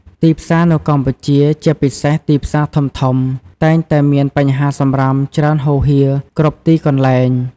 ទីផ្សារនៅកម្ពុជា ជាពិសេសទីផ្សារធំៗ តែងតែមានបញ្ហាសំរាមច្រើនហូរហៀរគ្រប់ទីកន្លែង។